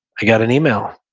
i got an email.